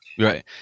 Right